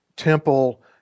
temple